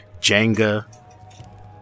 Jenga